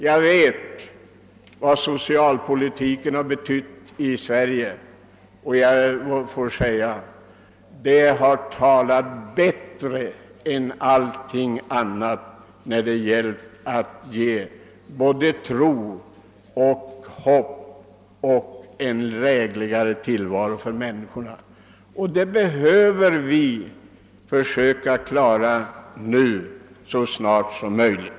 Jag vet vad socialpolitiken har betytt i Sverige, och jag vill säga, att den har bidragit bättre än allting annat till att ge både tro och hopp om en drägligare tillvaro för människorna. Det behöver vi försöka klara av även på denna sektor så snart som möjligt.